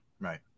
Right